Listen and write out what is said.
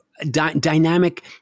dynamic